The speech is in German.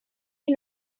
die